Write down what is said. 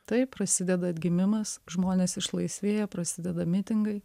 taip prasideda atgimimas žmonės išlaisvėja prasideda mitingai